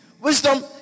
Wisdom